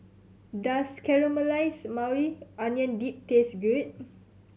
does Caramelized Maui Onion Dip taste good